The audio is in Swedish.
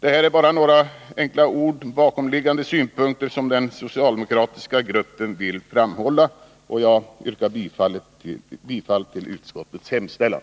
Detta var några bakomliggande synpunkter som den socialdemokratiska gruppen vill framhålla. Jag yrkar bifall till utskottets hemställan.